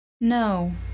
No